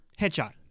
Headshot